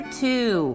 two